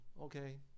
okay